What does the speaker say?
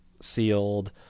sealed